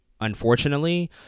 unfortunately